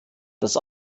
das